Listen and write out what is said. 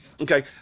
Okay